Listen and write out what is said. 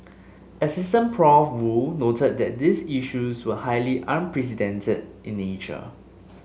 asst Prof Woo noted that these issues were highly unprecedented in nature